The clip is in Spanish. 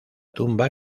tumba